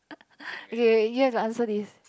okay wait you have a answer this